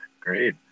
Great